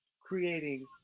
creating